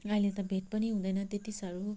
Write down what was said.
अहिले त भेट पनि हुँदैन त्यति सारो